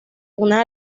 una